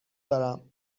دارم